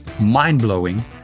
mind-blowing